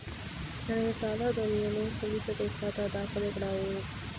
ನನಗೆ ಸಾಲ ದೊರೆಯಲು ಸಲ್ಲಿಸಬೇಕಾದ ದಾಖಲೆಗಳಾವವು?